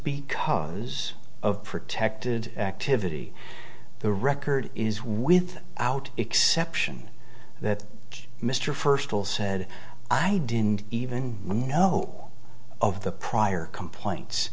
because of protected activity the record is with out exception that mr first will said i didn't even know of the prior complaints